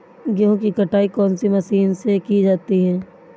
गेहूँ की कटाई कौनसी मशीन से की जाती है?